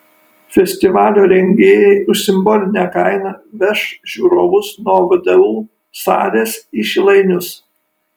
festivalio rengėjai už simbolinę kainą veš žiūrovus nuo vdu salės į šilainius